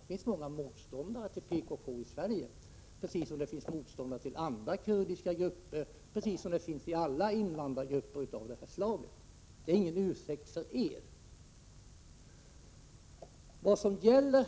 Det finns många motståndare till PKK i Sverige, och det finns motståndare till andra kurdiska grupper, precis som det finns i alla invandrargrupper av detta slag. Det är ingen ursäkt för er. Vad som gäller